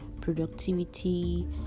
productivity